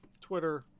Twitter